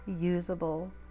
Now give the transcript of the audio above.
usable